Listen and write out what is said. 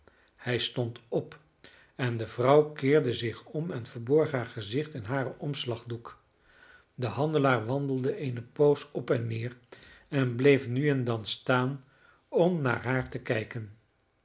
hij stond op en de vrouw keerde zich om en verborg haar gezicht in haren omslagdoek de handelaar wandelde eene poos op en neer en bleef nu en dan staan om naar haar te kijken